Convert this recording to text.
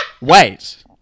Wait